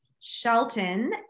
Shelton